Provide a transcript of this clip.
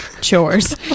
chores